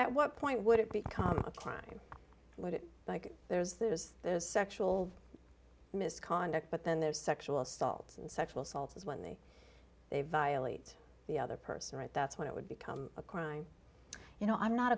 at what point would it become a climb like there was there was sexual misconduct but then there's sexual assaults and sexual assaults is when the they violate the other person right that's when it would become a crime you know i'm not